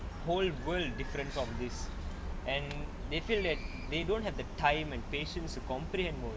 whole world difference from this and they feel that they don't have the time and patience to comprehend